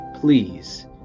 please